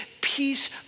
peace